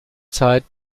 zeit